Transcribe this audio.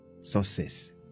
success